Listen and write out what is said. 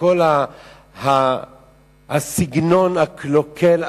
כל הסגנון הקלוקל,